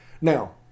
Now